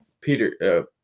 Peter